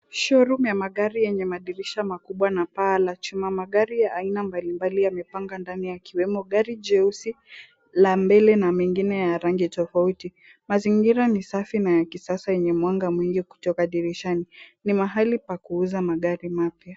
Showroom ya magari yenye madirisha makubwa na paa la chuma. Magari haina mbalimbali ya mipanga ndani yakiwemo gari jeusi, la mbele na mengine ya rangi tofauti. Mazingira ni safi na ya kisasa yenye mwanga mwingi kutoka dirishani. Ni mahali pa kuuza magari mapya.